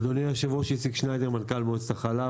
אדוני היושב-ראש, אני מנכ"ל מועצת החלב.